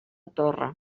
torre